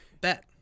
bet